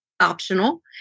optional